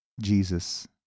Jesus